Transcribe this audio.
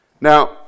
Now